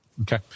Okay